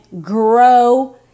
grow